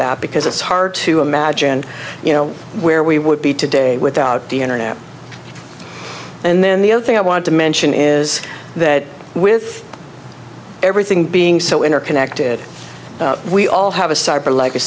that because it's hard to imagine you know where we would be today without the internet and then the other thing i want to mention is that with everything being so interconnected we all have a